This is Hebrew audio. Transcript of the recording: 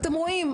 אתם רואים,